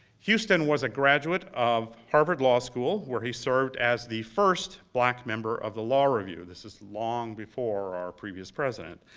houston was a graduate of harvard law school where he served as the first black member of the law review. this is long before our previous president.